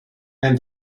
and